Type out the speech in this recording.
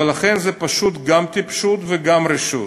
ולכן זה פשוט גם טיפשות וגם רשעות.